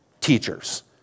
teachers